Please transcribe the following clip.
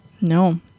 No